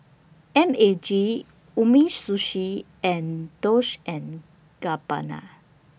M A G Umisushi and Dolce and Gabbana